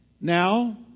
Now